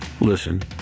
listen